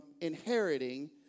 inheriting